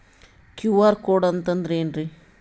QR code ಅಂತಂದ್ರ ಏನ್ರೀ?